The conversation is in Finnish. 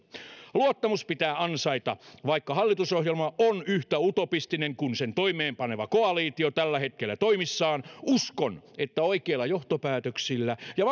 luottamus pitää ansaita vaikka hallitusohjelma on yhtä utopistinen kuin sen toimeenpaneva koalitio tällä hetkellä toimissaan uskon että oikeilla johtopäätöksillä ja